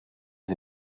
sie